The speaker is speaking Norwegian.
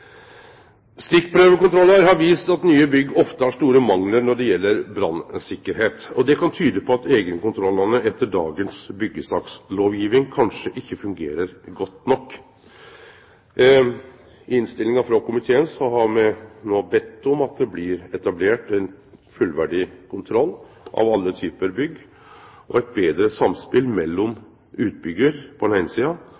Stikkprøvekontrollar har vist at nye bygg ofte har store manglar når det gjeld branntryggleik. Det kan tyde på at eigenkontrollane etter dagens byggesakslovgjeving kanskje ikkje fungerer godt nok. I innstillinga frå komiteen har me no bedt om at det blir etablert ein fullverdikontroll av alle typar bygg og eit betre samspel